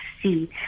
see